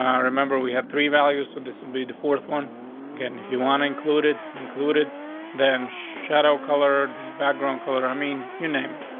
remember, we have three values, so this will be the fourth one again, if you want included included than shadow color, the background color. i mean, you name it,